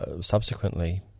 subsequently